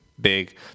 big